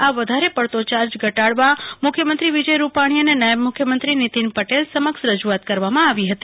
આ વધારે પડતો યાર્જ ઘટાડવા મુખ્યમંત્રી વિજય રૂપાણી અને નાયબ મુખ્યમંત્રી નીતિન પટેલ સમક્ષ રજૂઆત કરવામાં આવી હતી